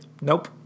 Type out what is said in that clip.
Nope